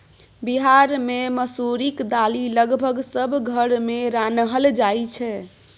बिहार मे मसुरीक दालि लगभग सब घर मे रान्हल जाइ छै